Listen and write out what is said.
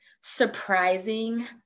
surprising